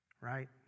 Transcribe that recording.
right